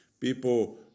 People